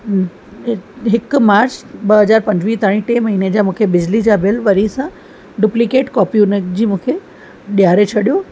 हिकु मार्च ॿ हज़ार पंजुवीह ताईं टे महीने जा मूंखे बिजली जा बिल वरी सां डुप्लीकेट कॉपी उन्हनि जी मूंखे ॾियारे छॾो